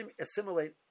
assimilate